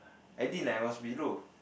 I didn't I was below